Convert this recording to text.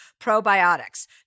probiotics